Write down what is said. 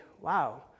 wow